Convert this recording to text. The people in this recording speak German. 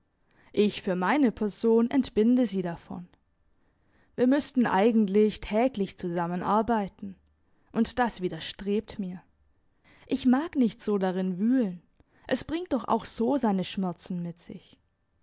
ich für meine person entbinde sie davon wir müssten eigentlich täglich zusammen arbeiten und das widerstrebt mir ich mag nicht so darin wühlen es bringt doch auch so seine schmerzen mit sich